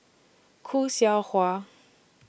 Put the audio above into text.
Khoo Seow Hwa